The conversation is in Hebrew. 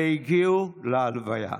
והגיעו להלוויה.